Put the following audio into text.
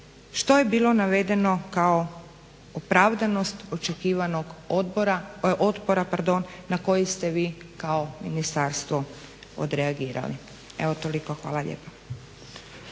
što je bilo navedeno kao opravdanost očekivanog otpora na koji ste vi kao ministarstvo odreagirali. Evo toliko. Hvala lijepa.